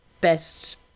best